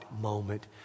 moment